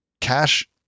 cash